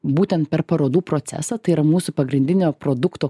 būtent per parodų procesą tai yra mūsų pagrindinio produkto